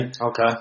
Okay